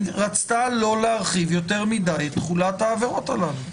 רצתה לא להרחיב יותר מדי את תחולת העבירות הללו.